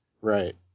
right